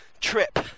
trip